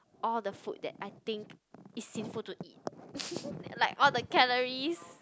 all the food that I think is sinful to eat like all the calories